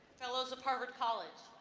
fellows of harvard college,